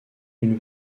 une